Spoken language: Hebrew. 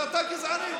ואתה גזעני.